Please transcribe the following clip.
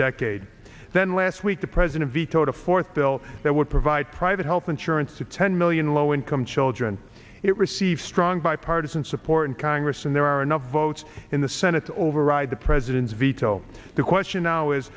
decade then last week the president vetoed a fourth bill that would provide private health insurance to ten million low income children it received strong bipartisan support in congress and there are enough votes in the senate to override the president's veto the question